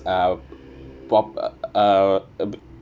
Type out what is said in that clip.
ah prop~ uh b~